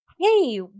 hey